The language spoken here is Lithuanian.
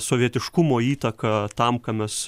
sovietiškumo įtaką tam ką mes